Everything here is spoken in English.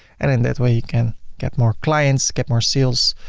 and in that way you can get more clients, get more sales,